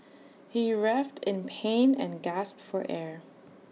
he writhed in pain and gasped for air